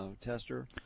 tester